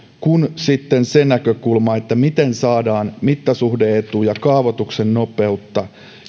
kuin sitten se näkökulma miten saadaan mittasuhde etu ja kaavoituksen nopeutta